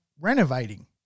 renovating